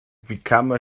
become